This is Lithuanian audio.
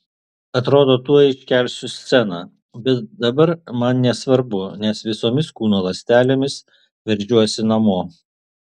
atrodo tuoj iškelsiu sceną bet dabar man nesvarbu nes visomis kūno ląstelėmis veržiuosi namo